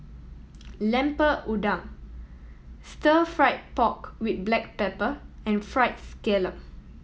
Lemper Udang Stir Fried Pork With Black Pepper and Fried Scallop